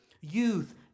youth